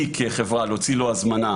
לי כחברה להוציא לו הזמנה,